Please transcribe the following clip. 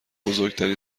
بزرگترین